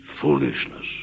foolishness